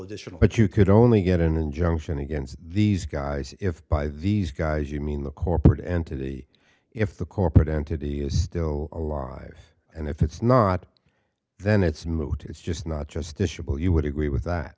additional but you could only get an injunction against these guys if by these guys you mean the corporate entity if the corporate entity is still alive and if it's not then it's moot it's just not justiciable you would agree with that